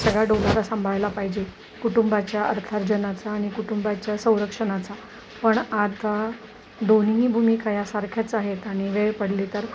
सगळा डोलारा सांभाळला पाहिजे कुटुंबाच्या अर्थार्जनाचा आणि कुटुंबाच्या संरक्षणाचा पण आता दोन्हीही भूमिका या सारख्याच आहेत आणि वेळ पडली तर